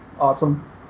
awesome